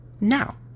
Now